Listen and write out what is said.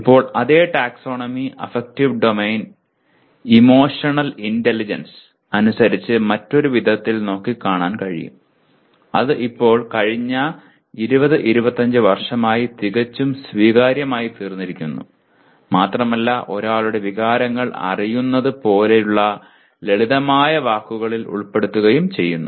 ഇപ്പോൾ അതേ taxonomy affective domain emotional intelligence അനുസരിച്ച് മറ്റൊരു വിധത്തിൽ നോക്കിക്കാണാൻ കഴിയും അത് ഇപ്പോൾ കഴിഞ്ഞ 20 25 വർഷമായി തികച്ചും സ്വീകാര്യമായിത്തീർന്നിരിക്കുന്നു മാത്രമല്ല ഒരാളുടെ വികാരങ്ങൾ അറിയുന്നത് പോലുള്ളവ ലളിതമായ വാക്കുകളിൽ ഉൾപ്പെടുത്തുകയും ചെയ്യുന്നു